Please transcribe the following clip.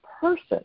person